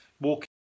walking